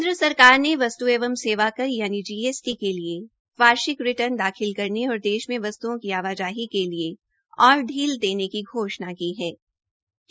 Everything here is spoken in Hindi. केन्द्र सरकार ने वस्त् एंव सेवाकर जीएसटी के लिए वार्षिक रिर्टन दाखिल करने और देश में वस्त्ओं की आवाजाही के लिए और ढील देने की घोषणा की हे